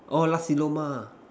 orh Nasi-Lemak